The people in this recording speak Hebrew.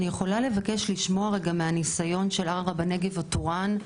אני יכולה לבקש לשמוע רגע מהניסיון של ערערה בנגב או טורעאן,